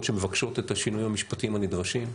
שמבקשות את השינויים המשפטיים הנדרשים.